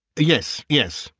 yes, yes,